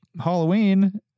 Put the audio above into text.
halloween